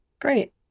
Great